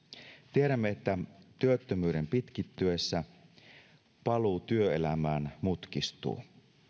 tiedämme että työttömyyden pitkittyessä paluu työelämään mutkistuu